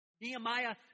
Nehemiah